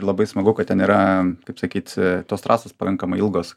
labai smagu kad ten yra kaip sakyt tos trasos pakankamai ilgos